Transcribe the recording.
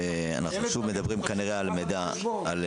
אנחנו שוב מדברים כנראה על מודעות.